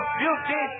beauty